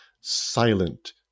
silent